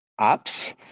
apps